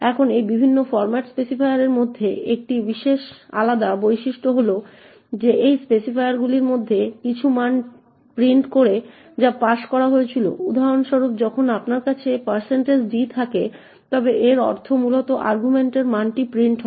এখন এই বিভিন্ন ফর্ম্যাট স্পেসিফায়ারের মধ্যে একটি আলাদা বৈশিষ্ট্য হল যে এই স্পেসিফায়ারগুলির মধ্যে কিছু মানটি প্রিন্ট করে যা পাস করা হয়েছিল উদাহরণস্বরূপ যখন আপনার কাছে একটি d থাকে তবে এর অর্থ মূলত আর্গুমেন্টের মানটি প্রিন্ট হয়